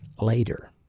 later